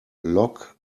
lock